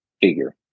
figure